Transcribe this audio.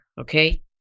Okay